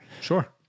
Sure